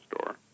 store